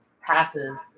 passes